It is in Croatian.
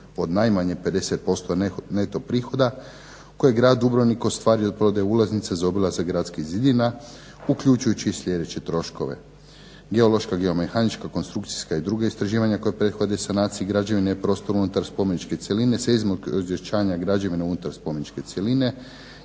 od najmanje 50% neto prihoda kojeg grad Dubrovnik ostvario od prodaje ulaznica za obilazak gradskih zidina uključujući i sljedeće troškove: geološka, geomehanička i konstrukcijska i druga istraživanja koja prethode sanaciji građevine i prostor unutar spomeničke cjeline s …/Govornik se ne razumije./… unutar spomeničke cjeline,